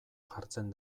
jartzen